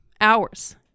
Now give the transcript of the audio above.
Hours